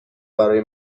برای